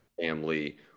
family